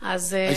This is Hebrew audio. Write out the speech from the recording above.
אז ההיסטוריה,